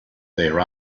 their